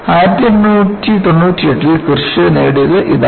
1898 ൽ കിർഷ് നേടിയത് ഇതാണ്